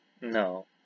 No